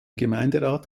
gemeinderat